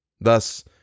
Thus